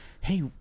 Hey